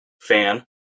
fan